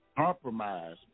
Compromise